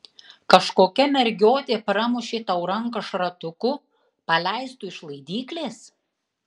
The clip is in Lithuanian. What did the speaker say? kažkokia mergiotė pramušė tau ranką šratuku paleistu iš laidyklės